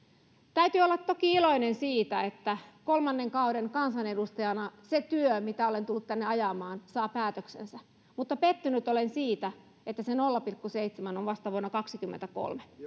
täytyy olla toki iloinen siitä että kolmannen kauden kansanedustajana se työ mitä olen tullut tänne ajamaan saa päätöksensä mutta pettynyt olen siitä että se nolla pilkku seitsemän on vasta vuonna kaksikymmentäkolme